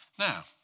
Now